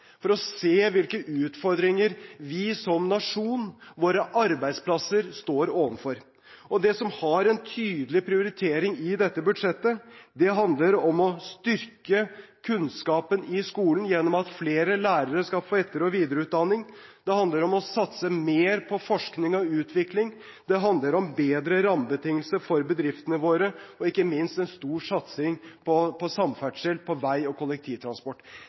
for å se hvilke utfordringer vi som nasjon, våre arbeidsplasser, står overfor. Det som har en tydelig prioritering i dette budsjettet, handler om å styrke kunnskapen i skolen gjennom at flere lærere skal få etter- og videreutdanning. Det handler om å satse mer på forskning og utvikling, det handler om bedre rammebetingelser for bedriftene våre, og det er ikke minst en stor satsing på samferdsel, på vei og kollektivtransport.